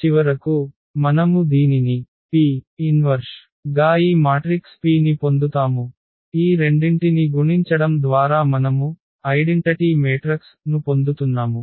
చివరకు మనము దీనిని P 1 గా ఈ మాట్రిక్స్ P ని పొందుతాము ఈ రెండింటిని గుణించడం ద్వారా మనము ఐడెంటిటీ మాత్రిక ను పొందుతున్నాము